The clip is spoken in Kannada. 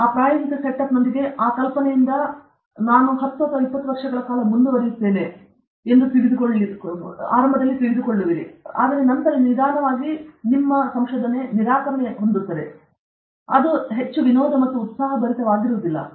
ಆ ಪ್ರಾಯೋಗಿಕ ಸೆಟಪ್ನೊಂದಿಗೆ ಆ ಕಲ್ಪನೆಯಿಂದ ನಾನು 10 ಅಥವಾ 20 ವರ್ಷಗಳ ಕಾಲ ಮುಂದುವರಿಯುತ್ತೇನೆ ನಂತರ ನಿಧಾನವಾಗಿ ನೀವು ಹೆಚ್ಚು ನಿರಾಕರಣೆ ಪಡೆಯುತ್ತದೆ ನಂತರ ಅದು ಹೆಚ್ಚು ವಿನೋದ ಮತ್ತು ಉತ್ಸಾಹ ಇಲ್ಲ